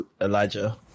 Elijah